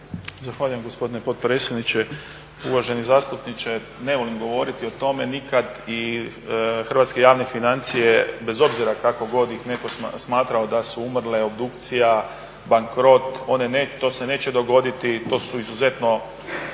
Zahvaljujem gospodine potpredsjedniče. Uvaženi zastupniče ne volim govoriti o tome nikad i hrvatske javne financije bez obzira kako god ih netko smatrao da su umrle, obdukcija, bankrot one ne, to se neće dogoditi, to su izuzetno